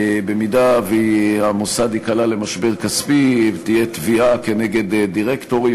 אם המוסד ייקלע למשבר כספי ותהיה תביעה נגד דירקטורים,